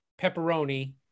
pepperoni